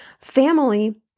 family